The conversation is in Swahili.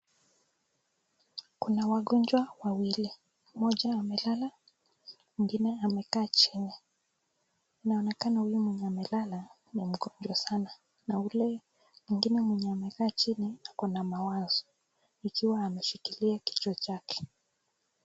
Kuna wagonjwa wawili, moja amelala, mwingine amekaa chini. Inaonekana huyu mwenye amelala ni mgonjwa sana. Na yule mwingine mwenye amekaa chini, ako na mawazo. Ikiwa ameshikilia kichwa chake.